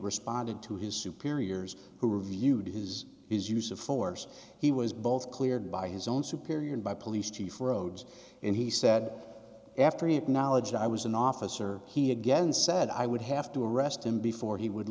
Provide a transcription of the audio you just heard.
responded to his superiors who reviewed his his use of force he was both cleared by his own superior and by police chief rhodes and he said after he acknowledged i was an officer he again said i would have to arrest him before he would